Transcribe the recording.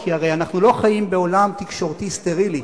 כי הרי אנחנו לא חיים בעולם תקשורתי סטרילי,